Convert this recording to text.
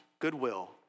Goodwill